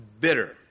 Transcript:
bitter